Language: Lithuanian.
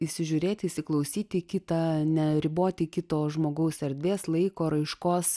įsižiūrėti įsiklausyti į kitą neriboti kito žmogaus erdvės laiko raiškos